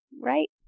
right